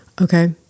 Okay